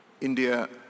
India